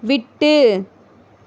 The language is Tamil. விட்டு